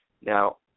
Now